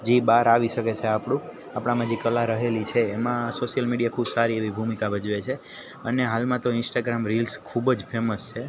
જે બહાર આવી શકે છે આપણું આપણાંમાં જે કળા રહેલી છે એમાં સોસિયલ મીડિયા ખૂબ સારી એવી ભૂમિકા ભજવે છે અને હાલમાં તો ઇન્શ્ટાગ્રામ રિલ્સ ખૂબ જ ફેમસ છે